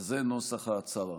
זה נוסח ההצהרה: